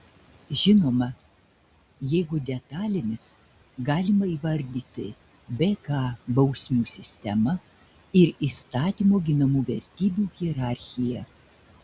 žinoma jeigu detalėmis galima įvardyti bk bausmių sistemą ir įstatymo ginamų vertybių hierarchiją